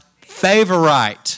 favorite